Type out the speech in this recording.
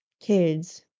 kids